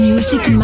Music